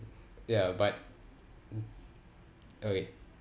ya but mm okay